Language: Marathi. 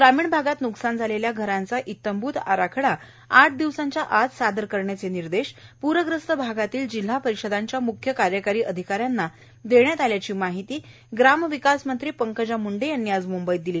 ग्रामीण भागात न्कसान झालेल्या घरांचा इत्यंभूत आराखडा आठ दिवसांच्या आत सादर करण्याचे निर्देश पूरग्रस्त भागातील जिल्हा परिषदांच्या म्ख्य कार्यकारी अधिकाऱ्यांना देण्यात आल्याची माहिती ग्रामविकास मंत्री पंकजा मुंडे यांनी आज मुंबईत दिली